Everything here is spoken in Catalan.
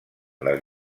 les